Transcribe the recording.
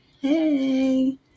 hey